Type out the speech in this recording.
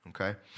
Okay